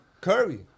Curry